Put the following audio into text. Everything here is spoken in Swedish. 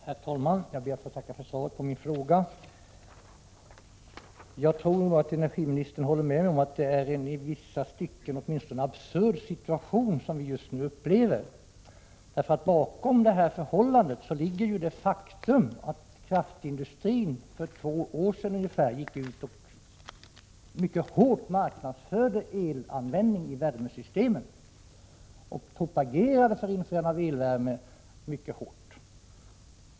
Herr talman! Jag ber att få tacka för svaret på min fråga. Jag tror nog att energiministern håller med mig om att det är en åtminstone i vissa stycken absurd situation som vi just nu upplever. Bakom ligger det faktum att kraftindustrin för ungefär två år sedan gick ut och marknadsförde elanvändning i värmesystemet mycket hårt. Man propagerade starkt för införande av elvärme.